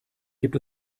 gibt